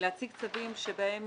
להציג צווים בהם